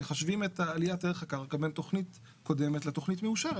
מחשבים את עליית ערך הקרקע בין תכנית קודמת לתכנית מאושרת.